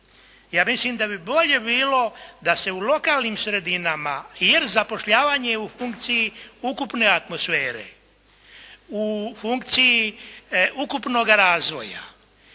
Ja mislim da bi bolje bilo da se u lokalnim sredinama, jer zapošljavanje u funkciji ukupne atmosfere, u funkciji ukupnoga razvoja,